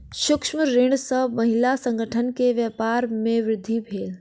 सूक्ष्म ऋण सॅ महिला संगठन के व्यापार में वृद्धि भेल